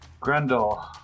Grendel